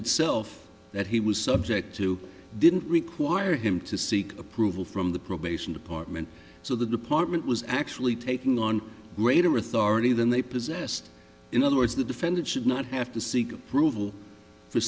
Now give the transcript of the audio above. itself that he was subject to didn't require him to seek approval from the probation department so the department was actually taking on greater authority than they possessed in other words the defendant should not have to seek approval for